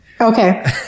Okay